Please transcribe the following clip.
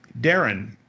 darren